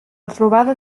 trobada